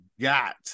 got –